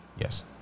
Yes